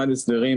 רמ"ד הסדרים,